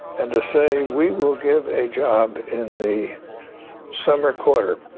and to say, we will give a job in the summer quarter.